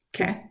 Okay